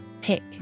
pick